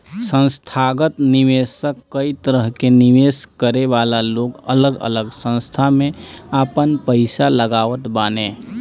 संथागत निवेशक कई तरह के निवेश करे वाला लोग अलग अलग संस्था में आपन पईसा लगावत बाने